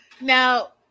Now